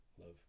love